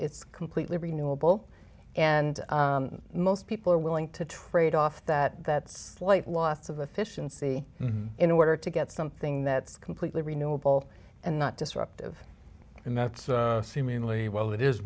it's completely renewable and most people are willing to trade off that that's like lots of the fish and sea in order to get something that's completely renewable and not disruptive and that's seemingly well that is